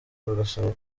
bagasaba